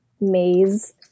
maze